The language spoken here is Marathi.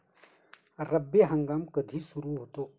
रब्बी हंगाम कधी सुरू होतो?